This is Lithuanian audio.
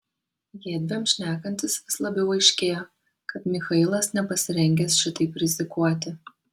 jiedviem šnekantis vis labiau aiškėjo kad michailas nepasirengęs šitaip rizikuoti